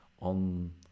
on